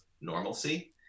normalcy